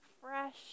fresh